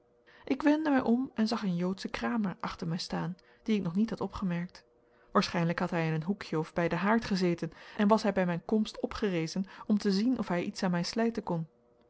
ik wendde mij om en zag een joodschen kramer achter mij staan dien ik nog niet had opgemerkt waarschijnlijk had hij in een hoekje of bij den haard gezeten en was hij bij mijn komst opgerezen om te zien of hij iets aan mij slijten kon